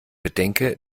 bedenke